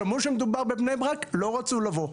שמעו שמדובר בבני ברק, לא רצו לבוא.